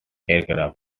aircraft